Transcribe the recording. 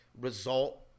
result